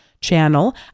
channel